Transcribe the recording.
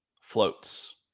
floats